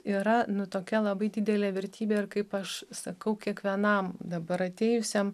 yra nu tokia labai didelė vertybė ir kaip aš sakau kiekvienam dabar atėjusiam